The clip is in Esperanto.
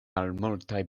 malmultaj